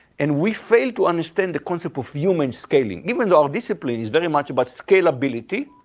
and we fail to understand the concept of humans scaling, even though our discipline is very much about scalability.